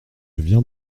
viens